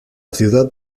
ciudad